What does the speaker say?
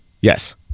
yes